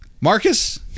Marcus